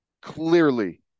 clearly